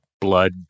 blood